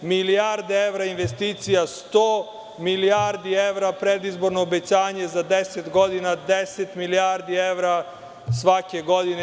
Milijarde evra investicija, 100 milijardi evra predizborno obećanje, za 10 godina 10 milijardi evra svake godine.